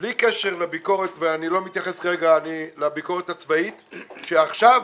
בלי קשר לביקורת ואני לא מתייחס כרגע לביקורת הצבאית שעכשיו,